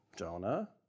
Jonah